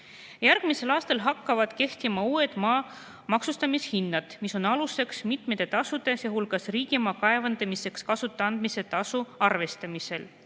Järgmisel aastal hakkavad kehtima uued maa maksustamise hinnad, mis on aluseks mitmete tasude, sealhulgas riigimaa kaevandamiseks kasutada andmise tasu arvestamisel.